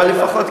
ולפחות,